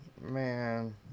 Man